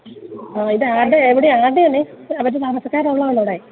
ഇത് ആരുടെയാണ് എവിടെ ആരുടെയാണ് വല്ല താമസക്കാരുള്ളതാണോ അവിടെ